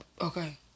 Okay